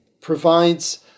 provides